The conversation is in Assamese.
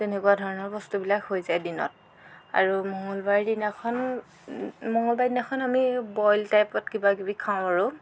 তেনেকুৱা ধৰণৰ বস্তুবিলাক হৈ যায় দিনত আৰু মঙলবাৰে দিনাখন মঙলবাৰে দিনাখন আমি বইল টাইপত কিবা কিবি খাওঁ আৰু